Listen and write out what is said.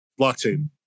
Blockchain